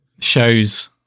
show's